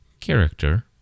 character